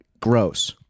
gross